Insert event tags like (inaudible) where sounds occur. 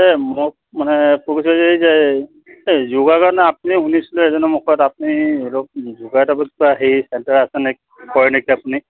এই মোক মানে (unintelligible) যে এই যোগাৰ কাৰণে আপুনি শুনিছিলে এজনৰ মুখত আপুনি অলপ যোগাৰ (unintelligible) সেই চেণ্টাৰ আছেনে কৰে নেকি আপুনি